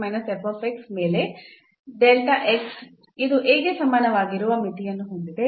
ಮೇಲೆ ಇದು A ಗೆ ಸಮಾನವಾಗಿರುವ ಮಿತಿಯನ್ನು ಹೊಂದಿದೆ